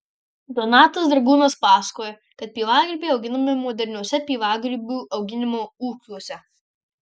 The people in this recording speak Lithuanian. donatas dragūnas pasakoja kad pievagrybiai auginami moderniuose pievagrybių auginimo ūkiuose